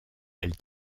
elle